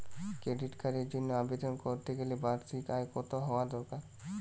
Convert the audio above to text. Credit কার্ডের জন্য আবেদন করতে গেলে বার্ষিক আয় কত হওয়া দরকার?